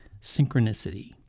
synchronicity